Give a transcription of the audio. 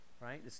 right